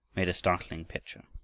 made a startling picture.